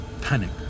Panic